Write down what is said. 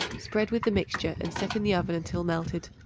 spread with the mixture and set in the oven until melted.